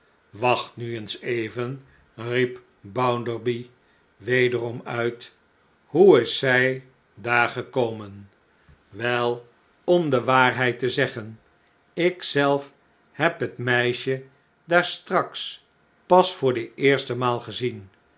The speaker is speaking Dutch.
wacht nu eens even riep bounderby wederom uit hoe is zij daar gekomen wel om de waarheid te zeggen ik zelf heb het meisje daar straks pas voor de eerste maal gezien